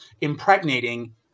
impregnating